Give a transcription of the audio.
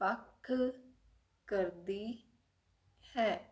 ਵੱਖ ਕਰਦੀ ਹੈ